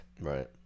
right